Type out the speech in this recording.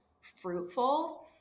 fruitful